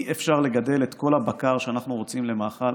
אי-אפשר לגדל את כל הבקר שאנחנו רוצים למאכל